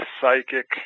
Psychic